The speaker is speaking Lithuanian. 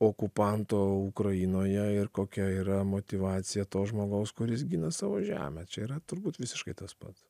okupanto ukrainoje ir kokia yra motyvacija to žmogaus kuris gina savo žemę čia yra turbūt visiškai tas pats